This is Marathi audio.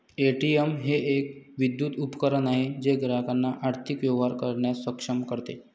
ए.टी.एम हे एक विद्युत उपकरण आहे जे ग्राहकांना आर्थिक व्यवहार करण्यास सक्षम करते